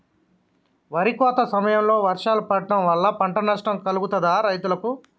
వరి కోత సమయంలో వర్షాలు పడటం వల్ల పంట నష్టం కలుగుతదా రైతులకు?